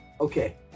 okay